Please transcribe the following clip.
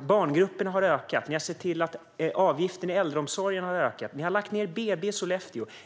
barngrupperna har ökat i storlek. Ni har sett till att avgifterna i äldreomsorgen har ökat. Ni har lagt ned BB i Sollefteå.